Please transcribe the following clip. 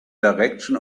direction